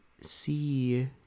see